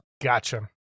Gotcha